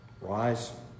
rise